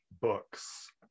books